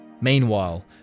Meanwhile